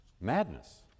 Madness